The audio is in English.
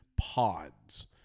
pods